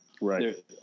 right